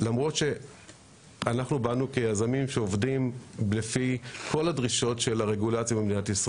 לא יכול להיות שיחידות עובדות כל כך הרבה שעות ובמשך עשר